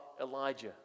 Elijah